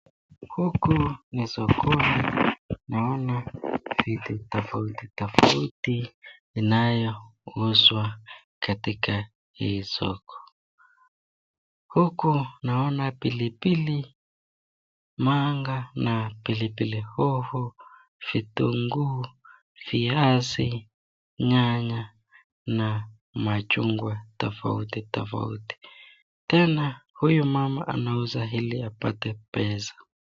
Huku ni sokoni naona vitu tofauti tofauti inayouzwa katika hii soko. Huku naona pilipili manga na pilipili hoho, vitunguu, viazi, nyanya na machungwa tofauti tofauti. Tena huyu mama anauza ili apate pesa.